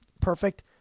perfect